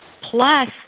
plus